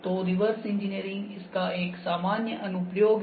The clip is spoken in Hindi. तो रिवर्स इंजीनियरिंग इसका एक सामान्य अनुप्रयोग है